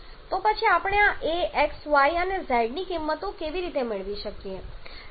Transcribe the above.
તો પછી આપણે આ a x y અને z ની કિંમતો કેવી રીતે મેળવી શકીએ